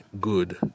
good